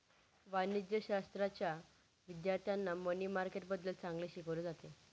वाणिज्यशाश्राच्या विद्यार्थ्यांना मनी मार्केटबद्दल चांगले शिकवले जाते